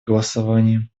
голосовании